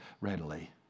readily